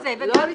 גם זה וגם זה.